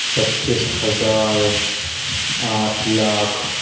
پچیس ہزار آٹھ لاکھ